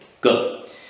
good